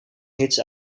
hits